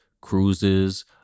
cruises